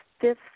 fifth